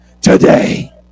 Today